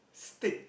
steak